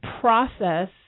process